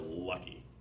lucky